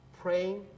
praying